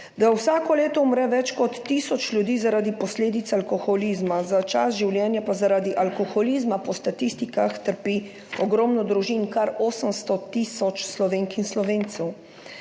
Vsako leto umre več kot tisoč ljudi zaradi posledic alkoholizma, za čas življenja pa zaradi alkoholizma po statistikah trpi ogromno družin, kar 800 tisoč Slovenk in Slovencev.